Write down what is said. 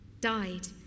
died